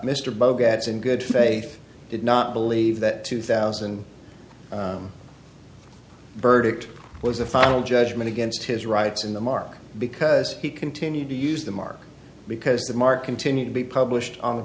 mr bo gets in good faith did not believe that two thousand verdict was a final judgment against his rights in the mark because he continued to use the mark because the mark intended to be published on the